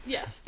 Yes